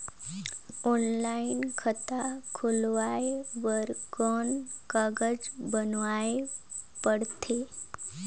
Online खाता खुलवाय बर कौन कागज बनवाना पड़थे?